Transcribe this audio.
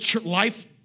life